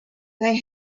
they